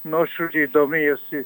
nuoširdžiai domėjosi